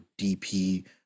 DP